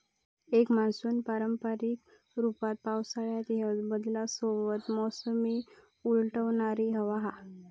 एक मान्सून पारंपारिक रूपात पावसाळ्यात ह्याच बदलांसोबत मोसमी उलटवणारी हवा हा